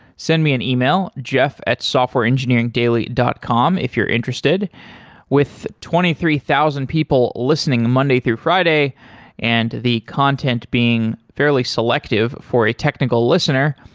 send me an e-mail jeff at softwareengineeringdaily dot com if you're interested with twenty three thousand people listening monday through friday and the content being fairly selective for a technical listener,